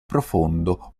profondo